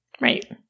Right